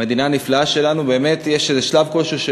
המדינה הנפלאה שלנו באמת, יש שלב כלשהו,